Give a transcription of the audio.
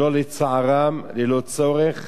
שלא לצערם ללא צורך